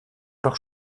leurs